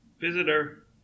Visitor